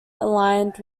aligned